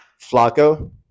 Flacco